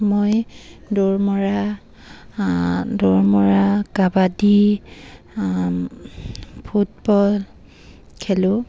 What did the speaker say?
মই দৌৰমৰা দৌৰমৰা কাবাডী ফুটবল খেলোঁ